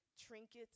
trinkets